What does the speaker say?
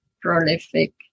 prolific